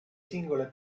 singole